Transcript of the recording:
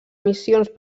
missions